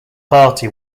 party